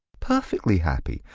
perfectly happy.